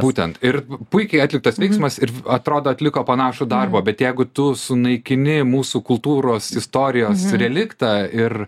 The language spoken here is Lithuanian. būtent ir puikiai atliktas veiksmas ir atrodo atliko panašų darbą bet jeigu tu sunaikini mūsų kultūros istorijos reliktą ir